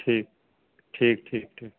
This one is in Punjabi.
ਠੀਕ ਠੀਕ ਠੀਕ ਠੀਕ